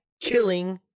killing